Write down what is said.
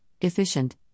efficient